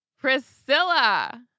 Priscilla